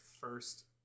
first